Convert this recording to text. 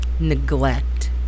Neglect